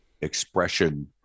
expression